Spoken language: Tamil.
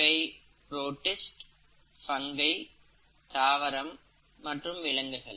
இவை புரோடிஸ்ட் ஃபன்கை தாவரம் மற்றும் விலங்குகள்